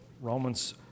Romans